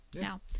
now